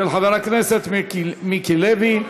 של חבר הכנסת מיקי לוי.